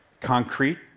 Concrete